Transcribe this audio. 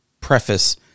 preface